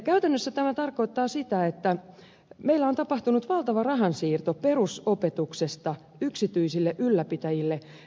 käytännössä tämä tarkoittaa sitä että meillä on tapahtunut valtava rahansiirto perusopetuksesta yksityisille ylläpitäjille